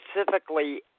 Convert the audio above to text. specifically